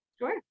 sure